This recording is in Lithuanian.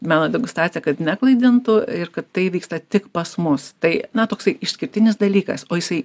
meno degustacija kad neklaidintų ir kad tai vyksta tik pas mus tai na toksai išskirtinis dalykas o jisai